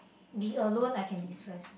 be alone I can destress